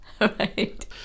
Right